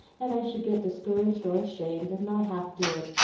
and i should get discouraged or ashamed, and not half do it,